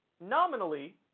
nominally